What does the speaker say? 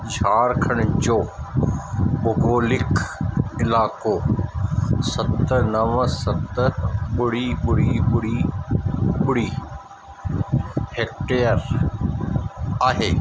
झारखंड जो भौगोलिक इलाइक़ो सत नव सत ॿुड़ी ॿुड़ी ॿुड़ी ॿुड़ी हेक्टेयर आहे